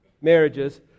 marriages